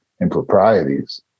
improprieties